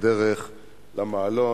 בעבירת ההפקרה),